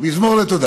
מזמור לתודה.